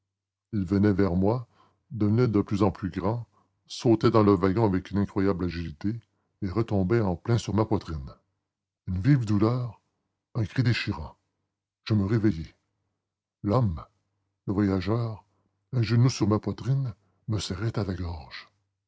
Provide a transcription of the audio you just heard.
il venait vers moi devenait de plus en plus grand sautait dans le wagon avec une incroyable agilité et retombait en plein sur ma poitrine une vive douleur un cri déchirant je me réveillai l'homme le voyageur un genou sur ma poitrine me serrait à la gorge